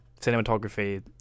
cinematography